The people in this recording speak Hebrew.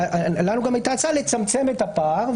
לנו היתה גם הצעה לצמצם את הפער,